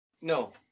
No